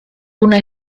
una